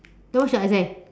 then what should I say